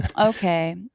okay